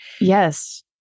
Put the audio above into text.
Yes